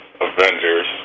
Avengers